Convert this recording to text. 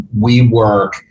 WeWork